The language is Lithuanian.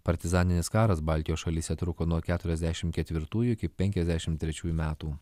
partizaninis karas baltijos šalyse truko nuo keturiasdešimt ketvirtųjų iki penkiasdešimt trečiųjų metų